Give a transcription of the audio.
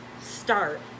start